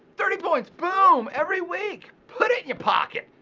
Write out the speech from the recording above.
thirty points. boom. every week. put it in your pocket.